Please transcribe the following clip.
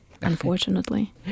unfortunately